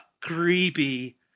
Creepy